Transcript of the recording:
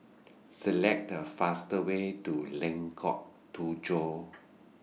Select The fastest Way to Lengkok Tujoh